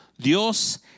Dios